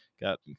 Got